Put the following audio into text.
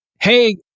hey